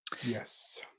Yes